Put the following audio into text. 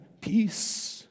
Peace